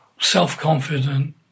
self-confident